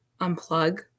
unplug